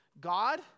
God